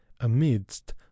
amidst